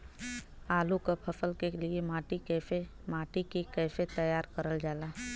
आलू क फसल के लिए माटी के कैसे तैयार करल जाला?